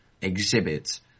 exhibit